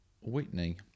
Whitney